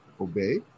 obey